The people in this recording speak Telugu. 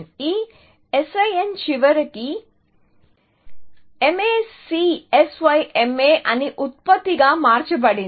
ఈ SIN చివరికి MACSYMA అనే ఉత్పత్తిగా మార్చబడింది